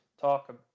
Talk